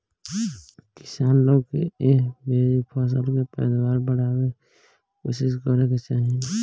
किसान लोग के एह बेरी फसल के पैदावार बढ़ावे के कोशिस करे के चाही